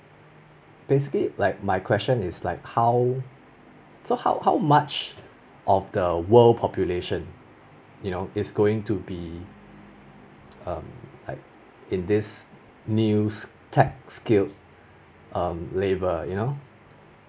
basically like my question is like how so how how much of the world population you know is going to be um like in this news tech skilled um labour you know